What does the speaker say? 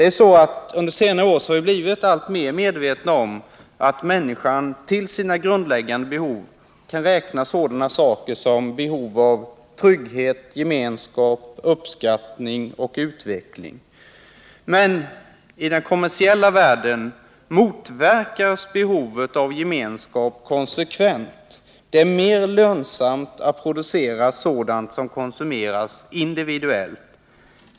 Under senare år har vi blivit mer och mer medvetna om att människan till sina grundläggande behov kan räkna sådana saker som trygghet, gemenskap, uppskattning och utveckling. Men i den kommersiella världen motverkas behovet av gemenskap konsekvent. Det är mer lönsamt att producera sådant som konsumeras individuellt.